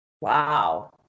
Wow